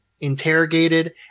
interrogated